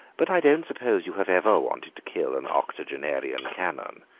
but i don't suppose you have ever wanted to kill an octogenarian canon.